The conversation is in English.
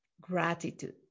gratitude